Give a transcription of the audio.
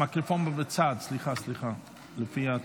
בבקשה.